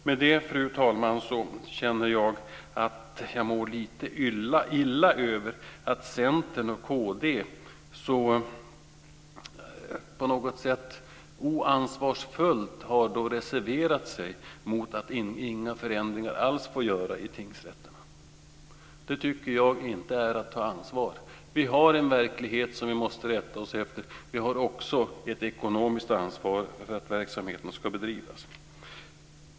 Med det, fru talman, vill jag säga att jag känner att jag mår lite illa över att Centern och kd så ansvarslöst har reserverat sig och sagt att inga förändringar alls ska göras av tingsrätterna. Det tycker jag inte är att ta ansvar. Vi har en verklighet som vi måste rätta oss efter. Vi har också ett ekonomiskt ansvar för verksamheten.